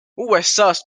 usas